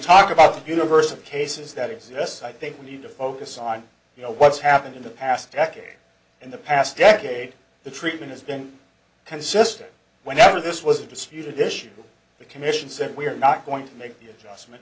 talk about the universe of cases that exists i think we need to focus on you know what's happened in the past decade in the past decade the treatment has been consistent whenever this was a disputed issue the commission said we're not going to make the adjustment